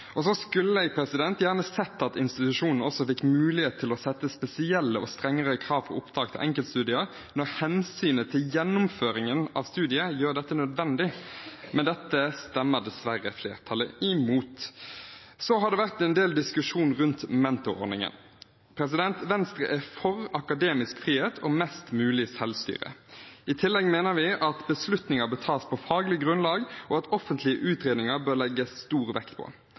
eksamen. Så skulle jeg gjerne sett at institusjonene også fikk mulighet til å sette spesielle og strengere krav til opptak til enkeltstudier når hensynet til gjennomføringen av studiet gjør dette nødvendig, men dette stemmer dessverre flertallet imot. Det har vært en del diskusjon rundt mentorordningen. Venstre er for akademisk frihet og mest mulig selvstyre. I tillegg mener vi at beslutninger bør tas på faglig grunnlag, og at det bør legges stor vekt på